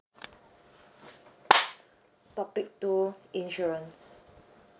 topic two insurance